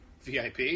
VIP